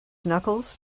knuckles